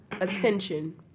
attention